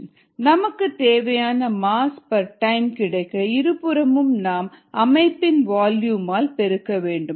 நமக்கு தேவையான mass per time கிடைக்க இருபுறமும் நம் அமைப்பின் வால்யூம் ஆல் பெருக்க வேண்டும்